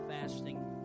fasting